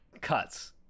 cuts